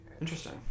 Interesting